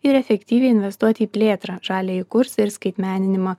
ir efektyviai investuoti į plėtrą žaliąjį kursą ir skaitmeninimą